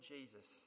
Jesus